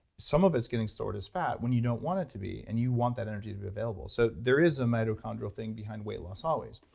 some of it's getting stored as fat when you don't want it to be. and you want that energy to be available. so there is a mitochondrial thing behind weight loss always.